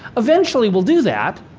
eventually, we'll do that.